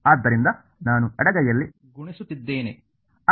ಆದ್ದರಿಂದ ನಾನು ಎಡಗೈಯಲ್ಲಿ ಗುಣಿಸುತ್ತಿದ್ದೇನೆ